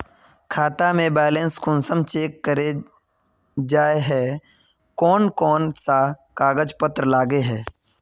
खाता में बैलेंस कुंसम चेक करे जाय है कोन कोन सा कागज पत्र लगे है?